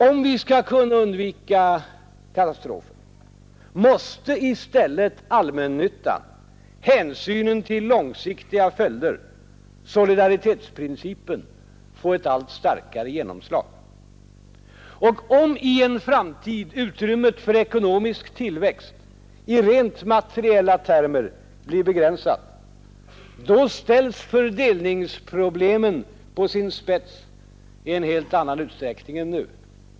Om vi skall kunna undvika katastrofen måste i stället allmännyttan, hänsynen till långsiktiga följder, solidaritetsprincipen få ett allt starkare genomslag. Om i en framtid utrymmet för ekonomisk tillväxt i rent materiella termer blir begränsat, då ställs fördelningsproblemen på sin spets i en helt annan utsträckning än nu.